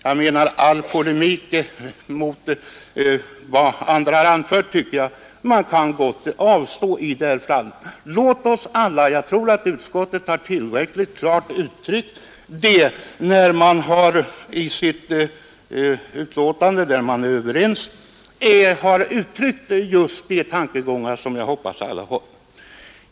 Man bör därför kunna avstå från all polemik mot vad andra har anfört i detta avseende. Jag tror att utskottet i sina tankegångar i betänkandet tillräckligt klart har uttryckt detta.